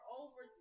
over